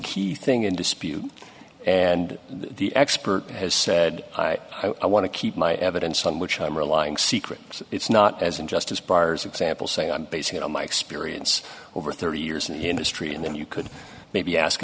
key thing in dispute and the expert has said i want to keep my evidence on which i'm relying secret so it's not as injustice barres example saying i'm basing it on my experience over thirty years in the industry and then you could maybe ask